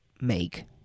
make